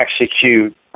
execute